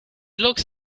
looks